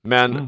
Men